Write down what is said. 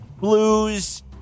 blues